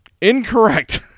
Incorrect